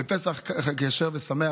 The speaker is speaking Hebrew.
בפסח כשר ושמח.